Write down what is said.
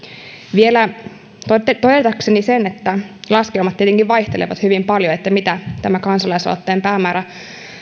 vielä totean sen että laskelmat tietenkin vaihtelevat hyvin paljon siitä mitä tämän kansalaisaloitteen päämäärä